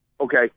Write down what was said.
Okay